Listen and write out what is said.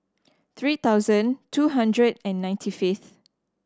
three thousand two hundred and ninety fifth